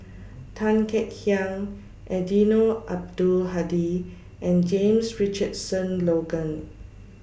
Tan Kek Hiang Eddino Abdul Hadi and James Richardson Logan